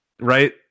right